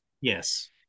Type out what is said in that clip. Yes